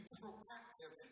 proactive